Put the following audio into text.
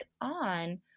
on